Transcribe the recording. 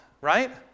Right